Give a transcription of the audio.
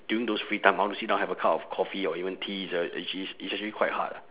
during those free time I want to sit down have a cup of coffee or even tea it's uh it's it's actually quite hard ah